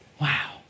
Wow